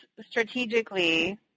strategically